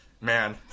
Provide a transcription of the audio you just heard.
man